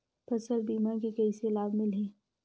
फसल बीमा के कइसे लाभ मिलही?